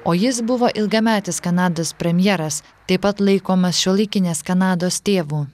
o jis buvo ilgametis kanados premjeras taip pat laikomas šiuolaikinės kanados tėvu